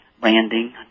branding